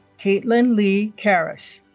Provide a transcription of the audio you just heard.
caitlin leigh karas